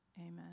Amen